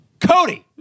Cody